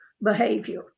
behavior